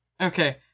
okay